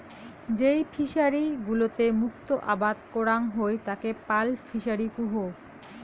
যেই ফিশারি গুলোতে মুক্ত আবাদ করাং হই তাকে পার্ল ফিসারী কুহ